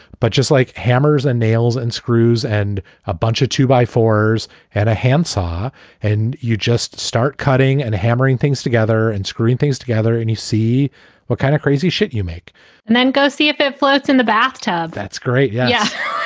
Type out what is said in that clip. but just like hammers and nails and screws and a bunch of two-by-fours and a handsaw and you just start cutting and hammering things together and screen things together and you see what kind of crazy shit you make and then go see if it floats in the bathtub that's great. yeah yeah